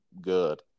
good